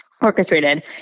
orchestrated